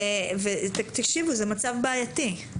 וזה מצב בעייתי.